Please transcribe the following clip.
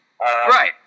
right